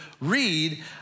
read